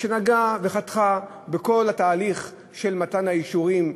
שנגעה וחתכה בכל התהליך של מתן האישורים,